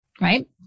Right